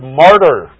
martyr